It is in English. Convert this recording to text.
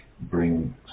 bring